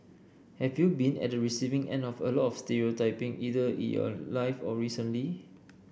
have you been at the receiving end of a lot of stereotyping either in your life or recently